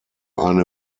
eine